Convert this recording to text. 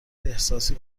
احساسی